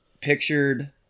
pictured